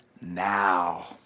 now